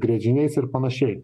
gręžiniais ir panašiai